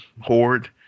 horde